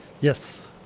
Yes